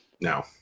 no